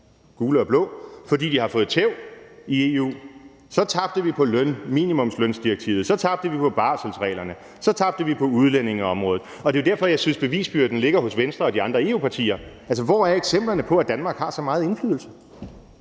gule og blå, fordi de har fået tæv i EU. Så tabte vi på direktivet om minimumsløn, så tabte vi på barselsreglerne, så tabte vi på udlændingeområdet. Det er jo derfor, jeg synes, at bevisbyrden ligger hos Venstre og de andre EU-partier. Altså, hvor er eksemplerne på, at Danmark har så meget indflydelse?